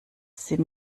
sie